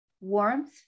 warmth